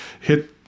hit